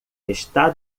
está